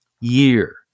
year